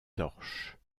torches